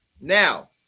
Now